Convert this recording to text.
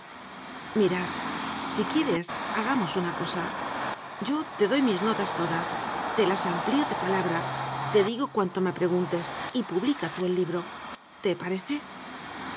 mira si quieres hagamos una cosa yo te doy mis notas todas te las amplío ie pala bra te digo cuanto me preguntes y publica tú el libro te parece